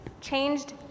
changed